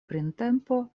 printempo